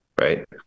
Right